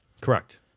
Correct